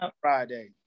Friday